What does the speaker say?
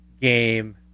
game